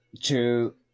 two